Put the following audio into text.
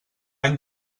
any